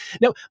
Now